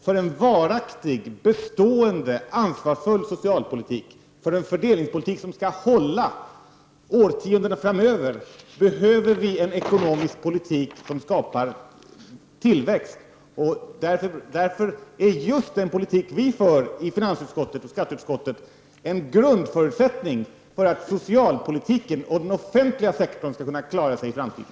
För en varaktig, bestående och ansvarsfull socialpolitik och fördelningspolitik som skall hålla i årtionden framöver behöver vi en ekonomisk politik som skapar tillväxt. Därför är just den politik som vi för i finansutskottet och skatteutskottet en grundförutsättning för att socialpolitiken och den offentliga sektorn skall kunna klara sig i framtiden.